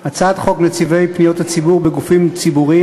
הצעת חוק נציבי פניות הציבור בגופים ציבוריים,